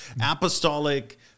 apostolic